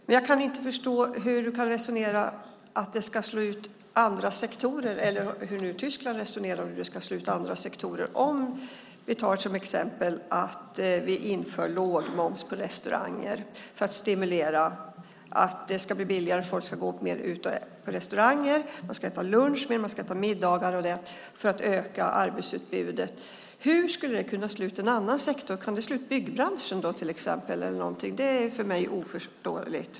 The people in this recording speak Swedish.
Jag kan inte förstå hur Tyskland resonerar när man säger att det ska slå ut andra sektorer. Om vi tar exemplet att vi inför lågmoms på restauranger för att det ska bli billigare och folk ska gå mer på restaurang - man ska äta mer luncher och middagar - för att öka arbetsutbudet. Hur ska det kunna slå ut en annan sektor? Kan det slå ut byggbranschen till exempel? Det är för mig obegripligt.